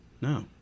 No